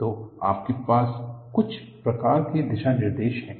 based on material and application तो आपके पास कुछ प्रकार की दिशानिर्देश है